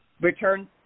return